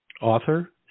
Author